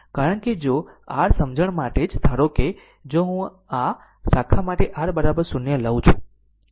કારણ કે જો r સમજણ માટે જ ધારો કે જો હું આ શાખા માટે R 0 લઉ છું